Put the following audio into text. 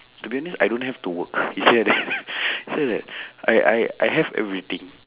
to be honest I don't have to work he say that he say that I I I have everything